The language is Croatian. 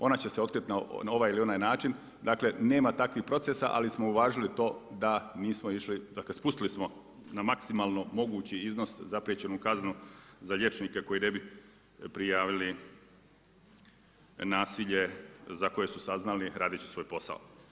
Ona će se otkriti na ovaj ili onaj način, dakle nema takvih procesa, ali smo uvažili to da nismo išli, dakle spustili smo na maksimalnu mogući iznos zapriječenu kaznu za liječnike koje ne bi prijavili nasilje za koje su saznali radeći svoj posao.